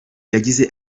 yagize